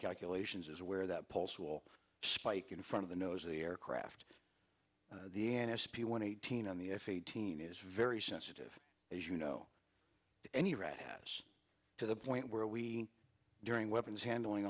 calculations is where that pulse will spike in front of the nose of the aircraft the n s a p one eighteen on the f eighteen is very sensitive as you know any red has to the point where we during weapons handling